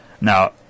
Now